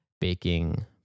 Baking